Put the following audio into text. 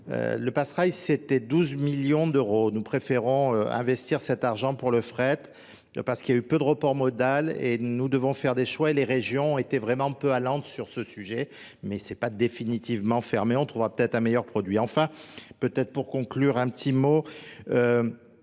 Le passereil c'était 12 millions d'euros. Nous préférons investir cet argent pour le fret parce qu'il y a eu peu de report modal et nous devons faire des choix. Les régions ont été vraiment peu à lente sur ce sujet mais ce n'est pas définitivement fermé. On trouvera peut-être un meilleur produit. Enfin, peut-être pour conclure un petit mot,